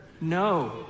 No